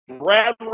Brad